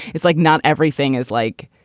it's like not everything is like.